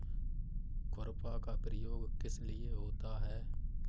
खुरपा का प्रयोग किस लिए होता है?